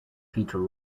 peter